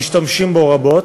משתמשים בו רבות.